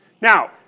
Now